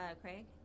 Craig